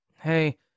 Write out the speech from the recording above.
Hey